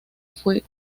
fue